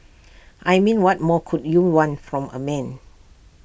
I mean what more could you want from A man